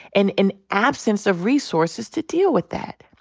and an absence of resources to deal with that.